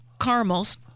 caramels